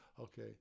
Okay